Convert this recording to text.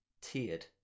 tiered